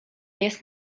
jest